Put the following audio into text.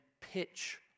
pitch